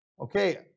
Okay